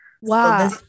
wow